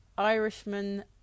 Irishman